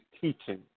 teaching